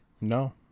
No